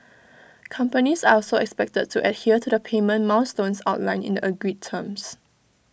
companies are also expected to adhere to the payment milestones outlined in the agreed terms